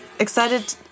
Excited